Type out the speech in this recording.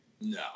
No